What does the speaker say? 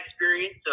experience